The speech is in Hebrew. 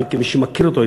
כמי שמכיר אותו,